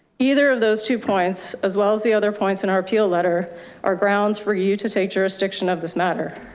either of those two points, as well as the other points in our appeal letter are grounds for you to take jurisdiction of this matter.